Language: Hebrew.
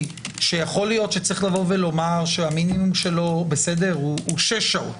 שיכול להיות שצריך לומר שהמינימום שלו הוא 6 שעות